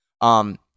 Um-